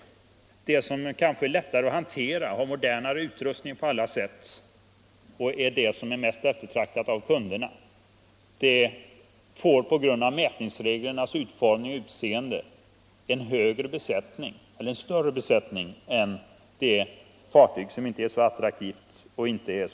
Men det fartyg som är lättare — Anslag till vägväsenatt hantera, har modernare utrustning och är det av kunderna mest efter — det, m.m. traktade måste på grund av mätningsreglernas utformning ha en större besättning än ett fartyg som inte är så attraktivt och rationellt.